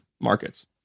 markets